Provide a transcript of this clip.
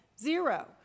Zero